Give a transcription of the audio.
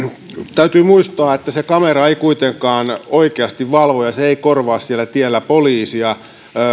täytyy muistaa että se kamera ei kuitenkaan oikeasti valvo ja se ei korvaa siellä tiellä poliisia